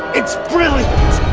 it's brilliant